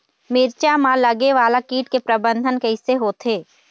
मिरचा मा लगे वाला कीट के प्रबंधन कइसे होथे?